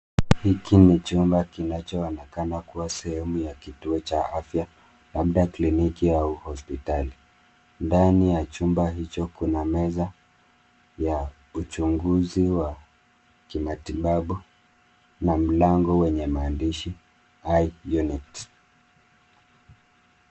Hiki ni chumba kinachoonekana kuwa sehemu ya kituo cha afya labda kliniki au hospitali. Ndani ya chumba hicho kuna meza ya uchunguzi wa kimatibabu na mlango wenye maandishi eye unit .